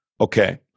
Okay